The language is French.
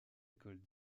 écoles